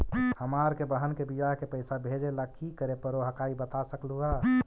हमार के बह्र के बियाह के पैसा भेजे ला की करे परो हकाई बता सकलुहा?